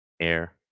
air